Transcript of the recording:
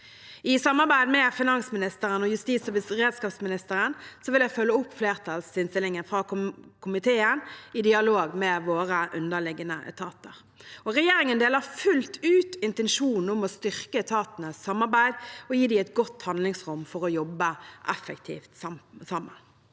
I samarbeid med finansministeren og justis- og beredskapsministeren vil jeg følge opp flertallsinnstillingen fra komiteen, i dialog med våre underliggende etater. Regjerin gen deler fullt ut intensjonen om å styrke etatenes samarbeid og gi dem et godt handlingsrom for å jobbe effektivt sammen.